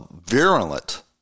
virulent